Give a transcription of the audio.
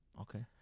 Okay